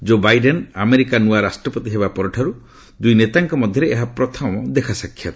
ଜୋ Biden ଆମେରିକାର ନୂଆ ରାଷ୍ଟ୍ରପତି ହେବା ପରଠାରୁ ଦୁଇ ନେତାଙ୍କ ମଧ୍ୟରେ ଏହା ପ୍ରଥମ ଦେଖାସାକ୍ଷାତ